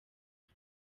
bwe